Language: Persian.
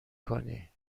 کنی